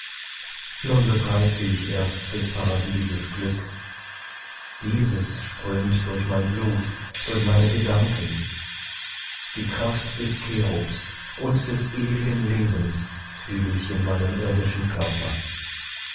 nun begreife ich erst des paradieses glück dieses strömt durch mein blut durch meine gedanken die kraft des cherubs und des ewigen lebens fühle ich in meinem irdischen körper